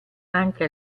anche